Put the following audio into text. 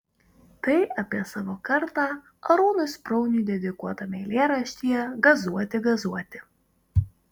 tai apie savo kartą arūnui sprauniui dedikuotame eilėraštyje gazuoti gazuoti